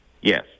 Yes